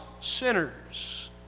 sinners